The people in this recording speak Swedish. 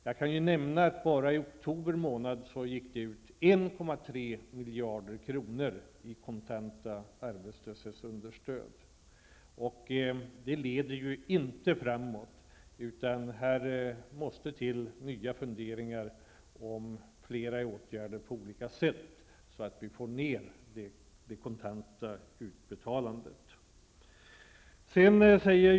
Jag kan nämna att bara i oktober månad gick det ut 1,3 Det leder inte framåt. Här måste det till nya funderingar om flera åtgärder på olika sätt så att vi får ner det kontanta utbetalandet.